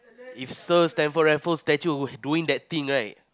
if Sir Stamford Raffles statue doing that thing right